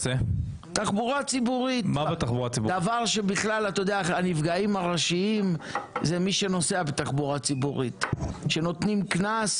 לא אכפת להם כמה יש שופטים נשים ולא אכפת להם לקדם